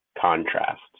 contrast